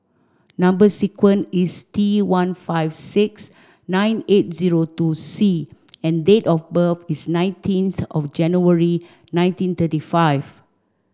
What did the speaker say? number sequence is T one five six nine eight zero two C and date of birth is nineteenth of January nineteen thirty five